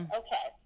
okay